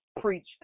preached